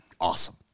awesome